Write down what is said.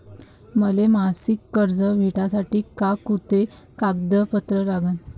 मले मासिक कर्ज भेटासाठी का कुंते कागदपत्र लागन?